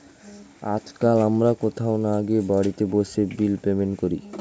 আজকাল আমরা কোথাও না গিয়ে বাড়িতে বসে বিল পেমেন্ট করি